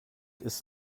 ist